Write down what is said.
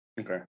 Okay